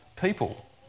people